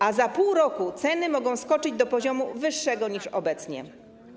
A za pół roku ceny mogą skoczyć do poziomu wyższego niż obecnie.